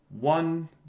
One